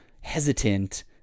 hesitant